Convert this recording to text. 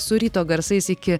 su ryto garsais iki